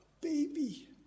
baby